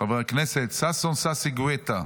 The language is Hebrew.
חבר הכנסת ששון ששי גואטה,